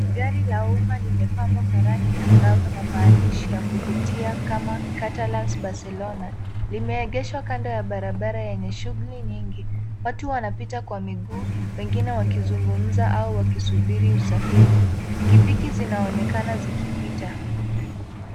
Gari la umma limepambwa kwa rangi angavu na maandishi ya kuvutia kama Catalan barcelona. Limeegeshwa kando la barabara yenye shughuli nyingi. Watu wanapita kwa miguu wengine wakizungumza au wakisubiri usafiri. Pikipiki zinaonekana zikipita.